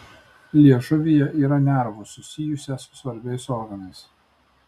liežuvyje yra nervų susijusią su svarbiais organais